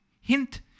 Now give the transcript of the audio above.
Hint